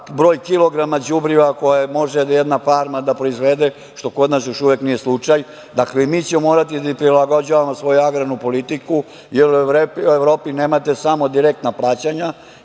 broj kilograma đubriva koje može jedna farma da proizvede što kod nas još uvek nije slučaj. Dakle, mi ćemo morati da prilagođavamo svoju agrarnu politiku, jer u Evropi nemate samo direktna praćenja